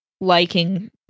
liking